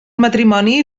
matrimoni